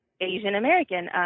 Asian-American